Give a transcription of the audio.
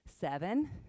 seven